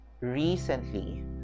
recently